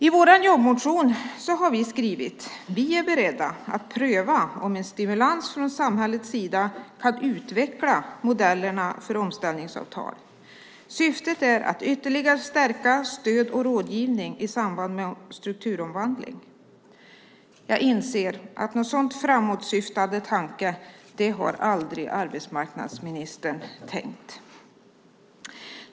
I vår jobbmotion har vi skrivit: "Vi socialdemokrater är beredda att pröva om en stimulans från samhällets sida kan utveckla modellerna för omställningsavtal. Syftet bör vara att ytterligare stärka stöd och rådgivning vid strukturomvandling." Jag inser att någon så framåtsyftande tanke har aldrig arbetsmarknadsministern tänkt.